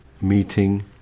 meeting